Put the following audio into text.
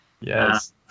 Yes